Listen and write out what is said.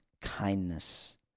kindness